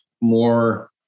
more